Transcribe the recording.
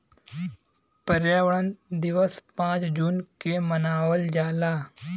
पर्यावरण दिवस पाँच जून के मनावल जाला